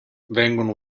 vengono